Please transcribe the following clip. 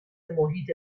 محیط